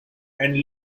and